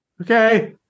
okay